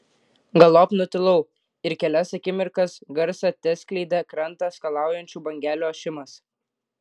galop nutilau ir kelias akimirkas garsą teskleidė krantą skalaujančių bangelių ošimas